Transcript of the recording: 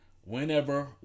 Whenever